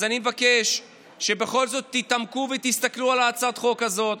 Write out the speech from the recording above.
אז אני מבקש שבכל זאת תתעמקו ותסתכלו על הצעת חוק כזאת,